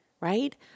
right